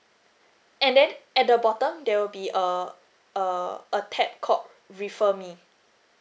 and then at the bottom there will be err err a tab called refer me